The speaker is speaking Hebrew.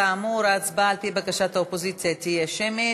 כאמור, ההצבעה, על-פי בקשת האופוזיציה, תהיה שמית.